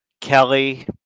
Kelly